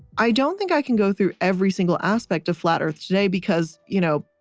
i don't think i can go through every single aspect of flat earth today because you know,